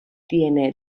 tiene